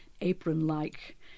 apron-like